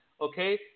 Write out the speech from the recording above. okay